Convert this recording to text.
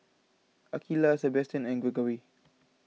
Akeelah Sabastian and Greggory